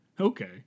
Okay